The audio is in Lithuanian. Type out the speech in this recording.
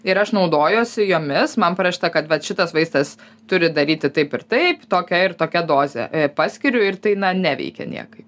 ir aš naudojuosi jomis man parašyta kad vat šitas vaistas turi daryti taip ir taip tokia ir tokia dozė paskiriu ir tai na neveikia niekaip